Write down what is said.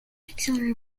auxiliary